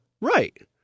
Right